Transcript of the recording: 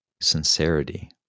sincerity